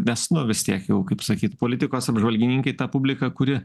nes nu vis tiek jau kaip sakyt politikos apžvalgininkai ta publika kuri